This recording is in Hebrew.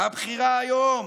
הבחירה היום